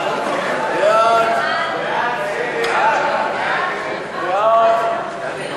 ההצעה להעביר את הצעת חוק איסור לשון הרע (תיקון,